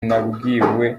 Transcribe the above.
nabwiwe